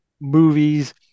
movies